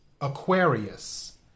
Aquarius